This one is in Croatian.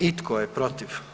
I tko je protiv?